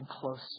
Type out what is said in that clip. close